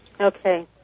Okay